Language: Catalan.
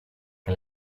que